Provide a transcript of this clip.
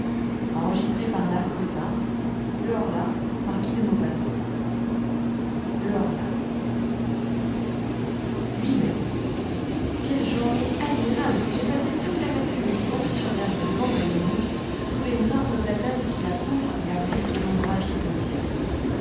le horla le horla mai quelle journée admirable j'ai passé toute la matinée étendu sur l'herbe devant ma maison sous l'énorme platane qui la couvre l'abrite et l'ombrage tout entière